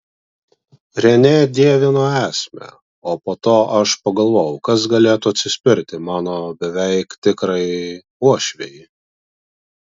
renė dievino esmę o po to aš pagalvojau kas galėtų atsispirti mano beveik tikrai uošvei